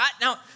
Now